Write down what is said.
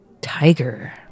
Tiger